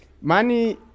money